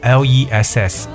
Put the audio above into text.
l-e-s-s